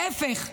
להפך,